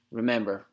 remember